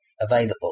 available